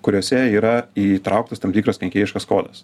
kuriose yra įtrauktas tam tikras kenkėjiškas kodas